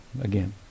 again